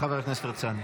חבר הכנסת הרצנו,